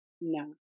No